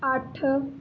ਅੱਠ